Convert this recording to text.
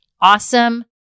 awesome